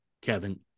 Kevin